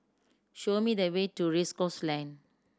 show me the way to Race Course Lane